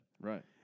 right